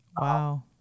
Wow